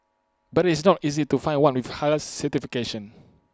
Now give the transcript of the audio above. but its not easy to find one with Halal certification